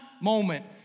moment